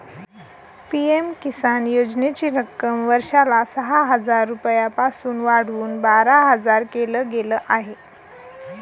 PM Kisan योजनेची रक्कम वर्षाला सहा हजार रुपयांपासून वाढवून बारा हजार केल गेलं आहे